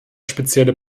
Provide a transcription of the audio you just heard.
spezielle